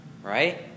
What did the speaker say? Right